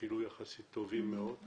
אפילו יחסית טובים מאוד.